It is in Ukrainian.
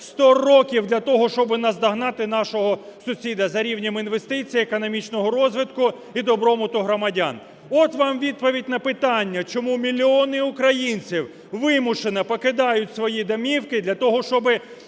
сто років для того, щоб наздогнати нашого сусіда за рівнем інвестицій, економічного розвитку і добробуту громадян. От вам відповідь на питання, чому мільйони українців вимушено покидають свої домівки: для того, щоби